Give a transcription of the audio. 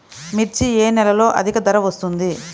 మిర్చి ఏ నెలలో అధిక ధర వస్తుంది?